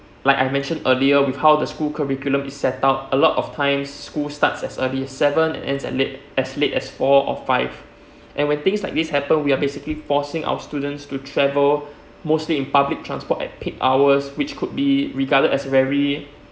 like I mentioned earlier with how the school curriculum is set up a lot of times schools start as early as seven and ends at as late as late as four or five and when things like this happen we are basically forcing our students to travel mostly in public transport at peak hours which could be regarded as very